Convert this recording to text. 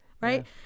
right